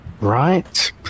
Right